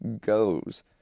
goes